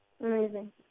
Amazing